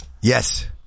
Yes